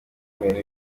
miliyoni